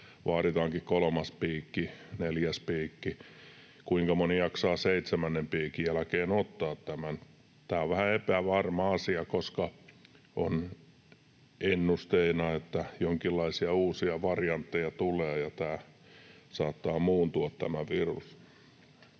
vaaditaankin kolmas piikki, neljäs piikki? Kuinka moni jaksaa seitsemännen piikin jälkeen ottaa tämän? Tämä on vähän epävarma asia, koska on ennusteina, että jonkinlaisia uusia variantteja tulee ja saattaa muuntua